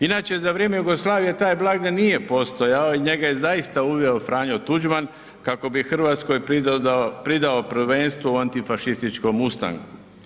Inače za vrijeme Jugoslavije taj blagdan nije potpisao i njega je zaista uveo Franjo Tuđman kako bi Hrvatskoj pridao prvenstvo u antifašističkom ustanku.